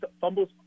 fumbles